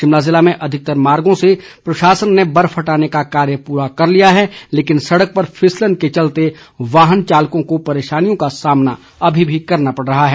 शिमला ज़िले में अधिकतर मार्गों से प्रशासन ने बर्फ हटाने का कार्य पूरा कर लिया है लेकिन सड़क पर फिसलन के चलते वाहन चालकों को परेशानियों का सामना करना पड़ रहा है